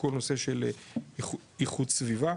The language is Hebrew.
כל הנושא של איכות סביבה.